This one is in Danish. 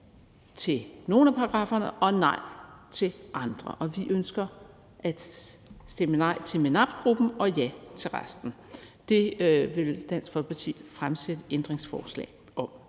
til nogle af paragrafferne og nej til andre. Og vi ønsker at stemme nej til MENAPT-gruppen og ja til resten. Det vil Dansk Folkeparti stille ændringsforslag om.